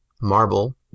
Marble